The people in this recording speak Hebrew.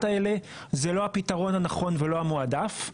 האלה זה לא הפתרון הנכון ולא המועדף,